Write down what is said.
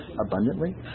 abundantly